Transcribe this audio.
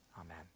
Amen